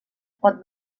pot